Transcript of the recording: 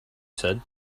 said